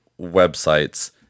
websites